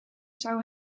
zou